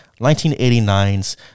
1989's